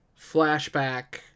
Flashback